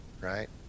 right